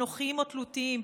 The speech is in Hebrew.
אנוכיים או תלותיים,